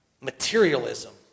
materialism